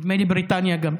נדמה לי שבריטניה גם.